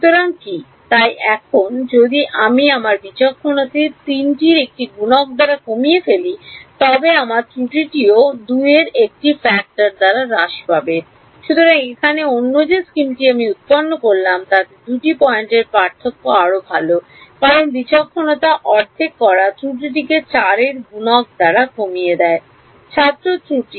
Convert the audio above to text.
সুতরাং কী তাই এখন যদি আমি আমার বিচক্ষণতাটি 3 টির একটি গুণক দ্বারা কমিয়ে ফেলি তবে আমার ত্রুটিটিও 2 এর একটি ফ্যাক্টর দ্বারা হ্রাস পাবে সুতরাং এখানে অন্য যে স্কিমটি আমি উত্পন্ন করলাম তাতে দুটি পয়েন্টের পার্থক্য আরও ভাল কারণ বিচক্ষণতা অর্ধেক করা ত্রুটিটিকে 4 এর গুণক দ্বারা কমিয়ে দেয় ছাত্র ত্রুটি